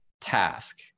task